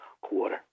quarter